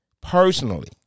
personally